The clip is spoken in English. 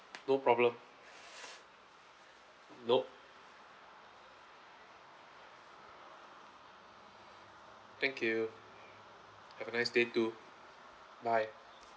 no problem nope thank you have a nice day too bye